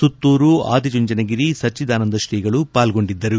ಸುತ್ತೂರು ಆದಿ ಚುಂಚನಗಿರಿ ಸಜ್ಜಿದಾನಂದ ಶ್ರೀಗಳು ಪಾಲ್ಗೊಂಡಿದ್ದರು